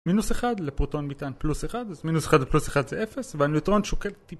מינוס 1 לפרוטון, מטען פלוס 1, אז מינוס 1 ופלוס 1 זה 0 והניטרון שוקל טיפה...